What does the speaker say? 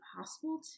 possible